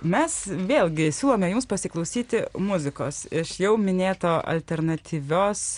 mes vėlgi siūlome jums pasiklausyti muzikos iš jau minėto alternatyvios